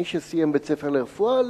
מי שסיים בית-ספר לרפואה,